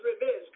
revenge